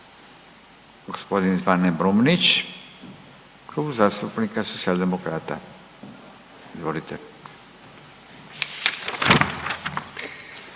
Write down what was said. gospodin Zvane Brumnić, Klub zastupnika Socijaldemokrata. Izvolite.